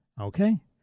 Okay